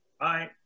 Bye